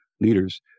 leaders